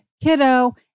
kiddo